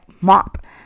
mop